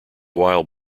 wild